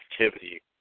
activity